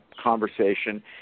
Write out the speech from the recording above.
conversation